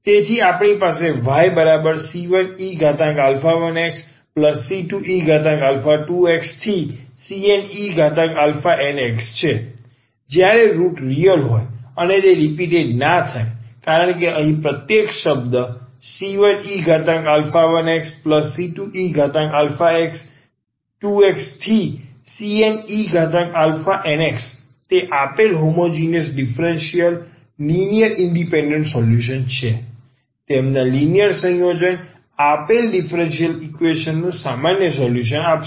તેથી આપણી પાસે yc1e1xc2e2xcnenx છે જ્યારે રુટ રીયલ હોય અને તે રીપીટેટ ન થાય કારણ કે અહીં પ્રત્યેક શબ્દ c1e1xc2e2xcnenx તે આપેલ homogeneous differential linear independent solution છે અને તેમના લિનિયર સંયોજન આપેલ ડીફરન્સીયલ ઈક્વેશન નું સામાન્ય સોલ્યુશન આપશે